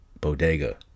bodega